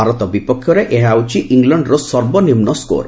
ଭାରତ ବିପକ୍ଷରେ ଏହା ହେଉଛି ଇଂଲଶ୍ଡର ସର୍ବନିମ୍ନ ସ୍କୋର୍